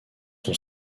son